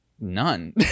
none